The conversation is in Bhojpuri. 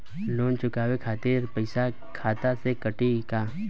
लोन चुकावे खातिर पईसा खाता से कटी का?